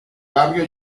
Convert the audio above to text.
barrio